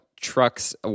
trucks